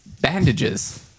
Bandages